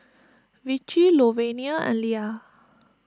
Vicy Louvenia and Lia